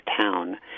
town